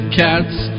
cats